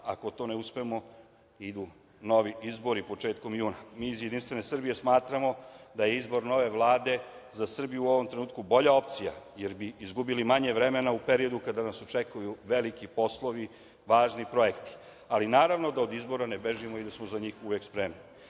ako to ne uspemo idu novi izbori, početkom juna. Mi iz Jedinstvene Srbije smatramo da je izbor nove Vlade za Srbiju u ovom trenutku bolja opcija, jer bi izgubili manje vremena u periodu kada nas očekuju veliki poslovi, važni projekti, ali naravno da od izbora ne bežimo i da smo za njih uvek